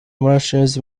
martians